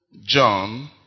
John